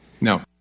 no